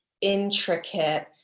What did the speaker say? intricate